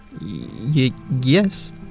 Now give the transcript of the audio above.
yes